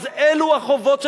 אז אלו החובות שלכם,